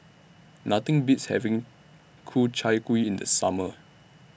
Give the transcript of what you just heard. Nothing Beats having Ku Chai Kuih in The Summer